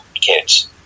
kids